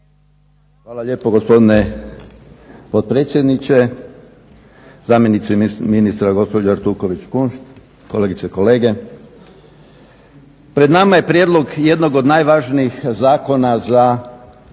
Hvala lijepo gospodine potpredsjedniče, zamjenice ministra gospođo Artuković-Kunšt, kolegice i kolege. Pred nama je prijedlog jednog od najvažnijih zakona za jedno